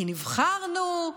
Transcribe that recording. כי נבחרנו,